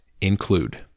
include